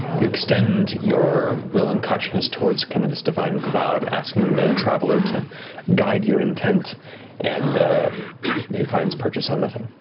you extend your will and consciousness towards kind of this divine cloud asking the traveler to guide your intent and it finds purchase on nothing.